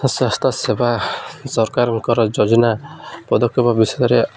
ସ୍ୱାସ୍ଥ୍ୟ ସେବା ସରକାରଙ୍କର ଯୋଜନା ପଦକ୍ଷେପ ବିଷୟରେ